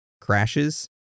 crashes